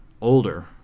older